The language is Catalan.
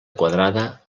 quadrada